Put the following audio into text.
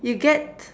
you get